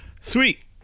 Sweet